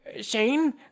Shane